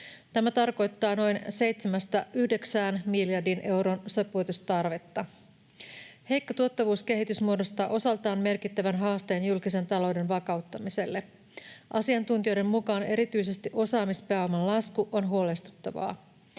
Tämä tarkoittaa noin 7—9 miljardin euron sopeutustarvetta. Heikko tuottavuuskehitys muodostaa osaltaan merkittävän haasteen julkisen talouden vakauttamiselle. Asiantuntijoiden mukaan erityisesti osaamispääoman lasku on huolestuttavaa.